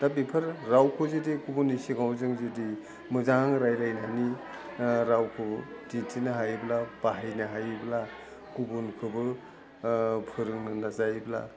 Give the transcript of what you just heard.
दा बेफोर रावखौ जुदि गुबुननि सिगाङाव जों जुदि मोजां रायलायनानै रावखौ दिन्थिनो हायोब्ला बाहायनो हायोब्ला गुबुनखौबो फोरोंनो नाजायोब्ला